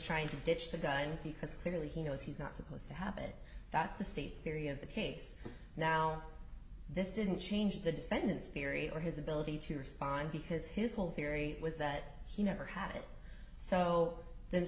trying to ditch the gun because clearly he knows he's not supposed to have it that's the state's theory of the case now this didn't change the defendant's theory or his ability to respond because his whole theory was that he never had it so the